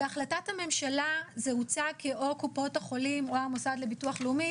בהחלטת הממשלה זה הוצג כאו קופות החולים או המוסד לביטוח לאומי,